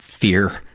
Fear